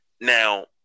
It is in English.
now